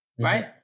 right